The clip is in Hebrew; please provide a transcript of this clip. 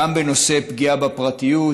גם היא בנושא פגיעה בפרטיות.